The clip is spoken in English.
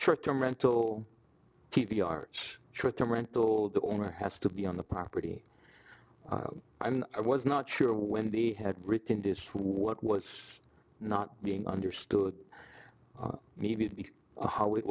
short term rental keep the arch short term rental the owner has to be on the property and i was not sure when they had written this what was not being understood how it